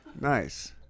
Nice